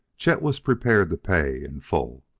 chet was prepared to pay in full.